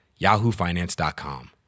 yahoofinance.com